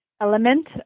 element